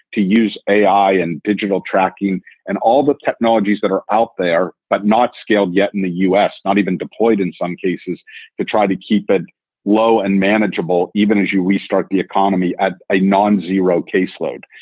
to use a i. and digital tracking and all the technologies that are out there but not scaled yet in the us, not even deployed in some cases to try to keep it low and manageable even as you restart the economy at a nine zero caseload.